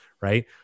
right